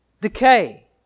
decay